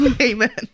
Amen